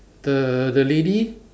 the the lady